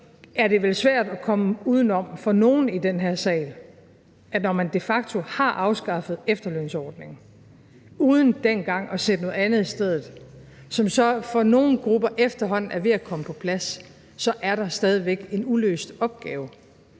er det vel svært at komme uden om for nogen i den her sal, at når man de facto har afskaffet efterlønsordningen uden dengang at sætte noget andet i stedet, som så for nogle grupper efterhånden er ved at komme på plads, så er der stadig væk en uløst opgave.